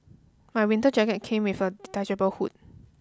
my winter jacket came with a detachable hood